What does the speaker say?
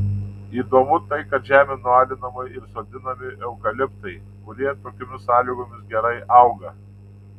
įdomu tai kad žemė nualinama ir sodinami eukaliptai kurie tokiomis sąlygomis gerai auga